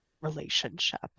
relationship